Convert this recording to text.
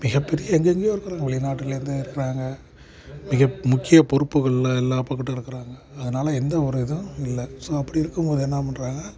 மிகப் பெரிய எங்கே எங்கேயோ இருக்கிறாங்க வெளிநாட்டில் இருந்து இருக்கிறாங்க மிக முக்கியப் பொறுப்புகளில் எல்லா பக்கட்டும் இருக்கிறாங்க அதனால் எந்த ஒரு இதுவும் இல்லை ஸோ அப்படி இருக்கும்போது என்ன பண்ணுறாங்க